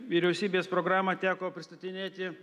vyriausybės programą teko pristatinėti